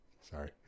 Sorry